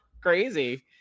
crazy